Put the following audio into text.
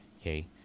Okay